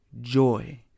joy